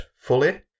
fully